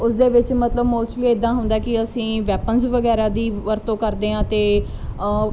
ਉਸ ਦੇ ਵਿੱਚ ਮਤਲਬ ਮੋਸਟਲੀ ਇੱਦਾਂ ਹੁੰਦਾ ਕਿ ਅਸੀਂ ਵੈਪਨਸ ਵਗੈਰਾ ਦੀ ਵਰਤੋਂ ਕਰਦੇ ਹਾਂ ਅਤੇ